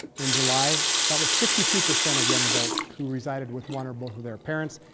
in july, that was fifty two percent of young adults who resided with one or both of their parents,